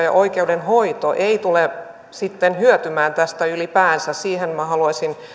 ja oikeudenhoito eivät tule sitten hyötymään tästä ylipäänsä minä haluaisin